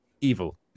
evil